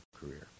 career